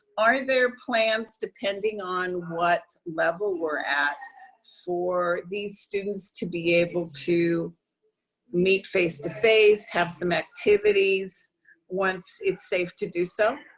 are there plans depending on what level we're at for these students to be able to meet face to face, have some activities once it's safe to do so?